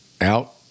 out